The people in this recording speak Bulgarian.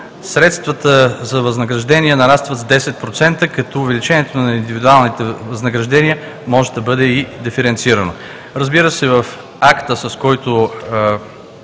средствата за възнаграждение да нарастват с 10%, като увеличението на индивидуалните възнаграждения може да бъде и диференцирано. Разбира се, в акта, с който